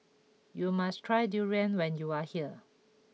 you must try Durian when you are here